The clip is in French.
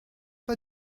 pas